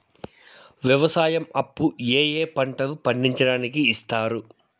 వ్యవసాయం అప్పు ఏ ఏ పంటలు పండించడానికి ఇస్తారు?